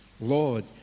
Lord